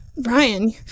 Brian